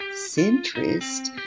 centrist